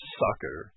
sucker